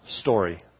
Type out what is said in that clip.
story